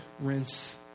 rinse